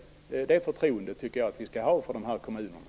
Jag tycker att vi skall ha det förtroendet för de här kommunerna.